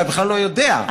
אתה בכלל לא יודע,